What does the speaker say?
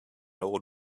old